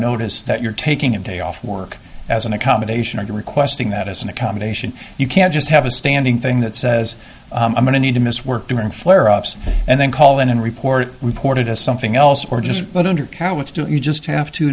notice that you're taking a day off work as an accommodation or to requesting that as an accommodation you can't just have a standing thing that says i'm going to need to miss work during flare ups and then call in and report reported as something else or just what undercounts do you just have to